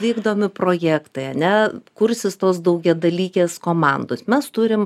vykdomi projektai ane kursis tos daugiadalykės komandos mes turim